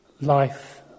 life